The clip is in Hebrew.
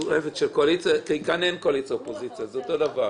כשיש אופוזיציה יש הסכמות.